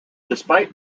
despite